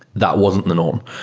that wasn't the norm.